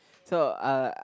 so uh